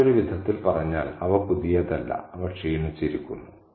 മറ്റൊരു വിധത്തിൽ പറഞ്ഞാൽ അവ പുതിയതല്ല അവ ക്ഷീണിച്ചിരിക്കുന്നു